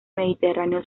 mediterráneo